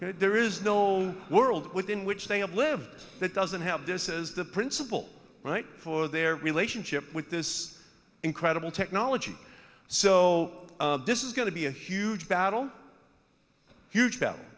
there is no world within which they have lived that doesn't have this is the principle right for their relationship with this incredible technology so this is going to be a huge battle huge